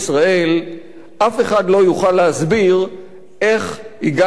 אף אחד לא יוכל להסביר איך הגענו לאבסורד כזה